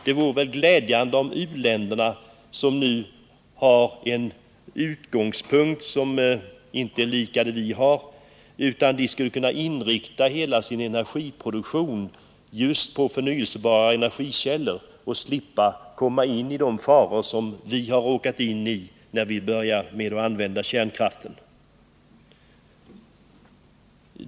Det vore glädjande om u-länderna — som nu har en annan utgångspunkt än vi har — skulle kunna inrikta hela sin energiproduktion just på förnyelsebara energikällor och slippa komma i de faror som vi har råkat in i när vi började använda kärnkraften.